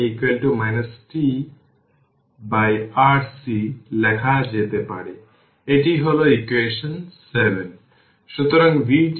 সুতরাং vA e এর power tRC বা v A e এর পাওয়ার tRC হিসাবে e t এর একটি ফাংশন তাই আমি dt লিখছি